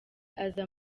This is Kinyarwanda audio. aza